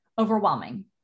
overwhelming